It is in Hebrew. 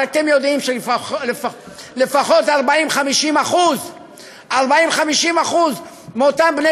הרי אתם יודעים שלפחות 40% 50% מאותם בני